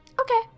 Okay